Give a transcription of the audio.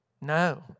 No